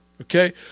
Okay